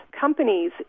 Companies